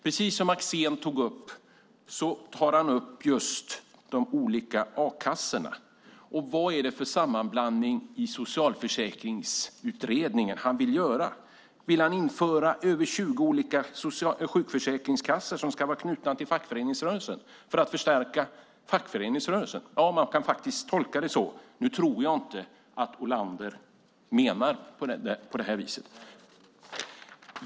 Precis som Axén sade tar han upp de olika a-kassorna. Vad är det för sammanblandning i Socialförsäkringsutredningen han vill göra? Vill han införa över 20 olika sjukförsäkringskassor som ska vara knutna till fackföreningsrörelsen för att förstärka fackföreningsrörelsen? Man kan faktiskt tolka det så. Men nu tror jag inte att Olander menar det så.